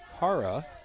Hara